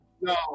No